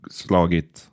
slagit